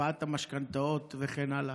הקפאת המשכנתאות וכן הלאה?